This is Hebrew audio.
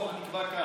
החוק נקבע כאן,